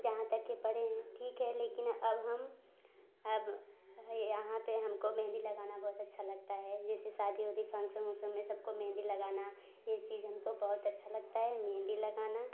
जहाँ तक के पढ़े हैं ठीक है लेकिन अब हम अब यहाँ पर हमको मेहँदी लगाना बहुत अच्छा लगता है जैसे शादी ऊदी फंगसन उँगसन में सबको मेहँदी लगाना ये चीज़ हमको बहुत अच्छा लगता है मेहँदी लगाना